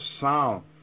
sound